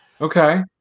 Okay